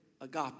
agape